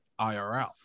IRL